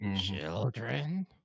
Children